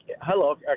Hello